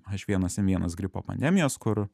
h vienas n vienas gripo pandemijos kur